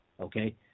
Okay